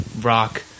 rock